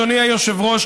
אדוני היושב-ראש,